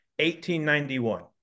1891